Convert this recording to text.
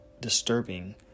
disturbing